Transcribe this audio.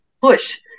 push